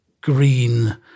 green